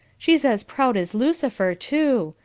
she's as proud as lucifer, too.